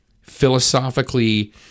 philosophically